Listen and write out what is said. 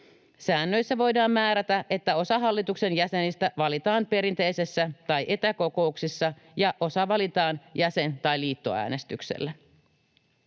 Säännöissä voidaan määrätä, että osa hallituksen jäsenistä valitaan perinteisessä tai etäkokouksessa ja osa valitaan jäsen- tai liittoäänestyksellä.